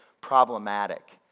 problematic